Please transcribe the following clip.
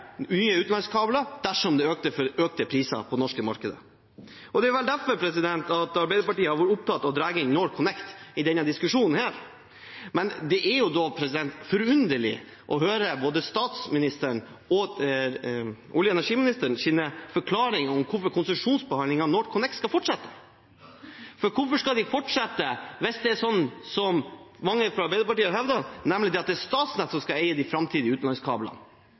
nye utenlandskabler dersom det førte til økte priser på det norske markedet. Det er vel derfor Arbeiderpartiet har vært opptatt av å dra inn NorthConnect i denne diskusjonen. Men det er forunderlig å høre både statsministerens og olje- og energiministerens forklaring på hvorfor konsesjonsbehandling av NorthConnect skal fortsette. For hvorfor skal de fortsette hvis det er sånn som mange fra Arbeiderpartiet hevder, nemlig at det er Statnett som skal eie de framtidige utenlandskablene?